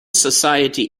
society